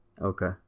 Okay